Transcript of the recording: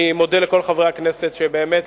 אני מודה לכל חברי הכנסת על שבאמת,